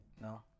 No